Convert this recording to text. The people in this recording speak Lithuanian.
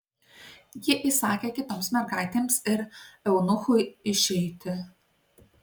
ji įsakė kitoms mergaitėms ir eunuchui išeiti